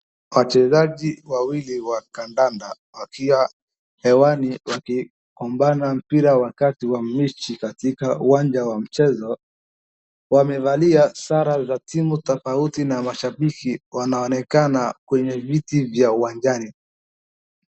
Wachezaji wawili wa kandanda, wakiwa hewani wakipambana mpira wakati wa mechi katika uwanja wa mchezo, wamevalia sare za timu tofauti na mashabiki wanaonekana kwenye viti vya uwanjani.